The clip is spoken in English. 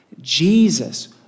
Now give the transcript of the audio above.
Jesus